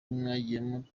mwagiye